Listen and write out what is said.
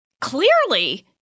Clearly